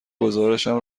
گزارشم